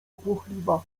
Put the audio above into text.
płochliwa